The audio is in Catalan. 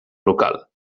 local